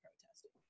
protesting